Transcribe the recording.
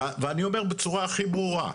ואני אומר בצורה הכי ברורה,